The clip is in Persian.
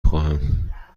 خواهم